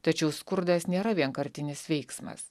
tačiau skurdas nėra vienkartinis veiksmas